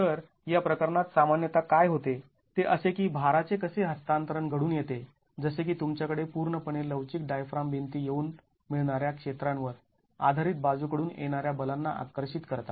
तर या प्रकरणात सामान्यतः काय होते ते असे की भाराचे कसे हस्तांतरण घडून येते जसे की तुमच्याकडे पूर्णपणे लवचिक डायफ्राम भिंती येऊन मिळणाऱ्या क्षेत्रांवर आधारित बाजू कडून येणाऱ्या बलांना आकर्षित करतात